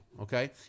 okay